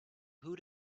who